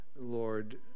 Lord